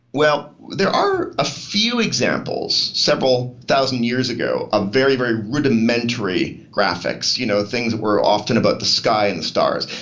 well, there are a few examples several thousand years ago of very, very rudimentary graphics. you know, things that were often about the sky and the stars.